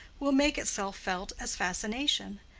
will make itself felt as fascination,